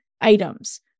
items